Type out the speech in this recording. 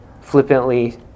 flippantly